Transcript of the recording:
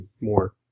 more